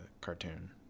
cartoon